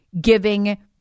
giving